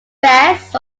best